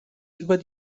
über